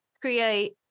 create